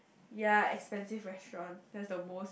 ya expensive restaurant that's the most